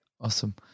awesome